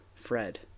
Fred